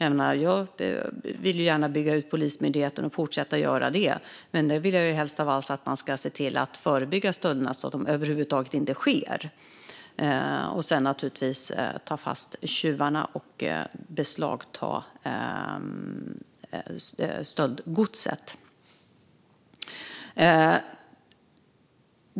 Jag vill gärna fortsätta att bygga ut Polismyndigheten, men jag vill helst av allt att man ska se till att förebygga stölderna så att de över huvud taget inte sker. Sedan ska man naturligtvis ta fast tjuvarna och beslagta stöldgodset.